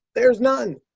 there is none.